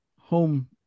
home